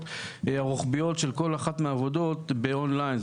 הרוחביות של כול אחת מהעבודות באון-ליין.